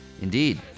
Indeed